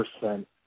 percent